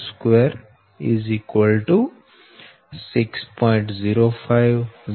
0506 m da3b2 0